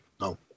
No